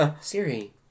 Siri